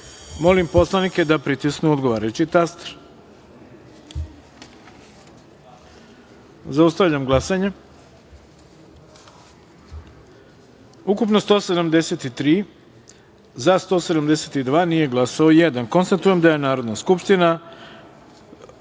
poslanike da pritisnu odgovarajući taster. Zaustavljam glasanje: Ukupno 173, za – 172, nije glasao jedan. Konstatujem da je Narodna skupština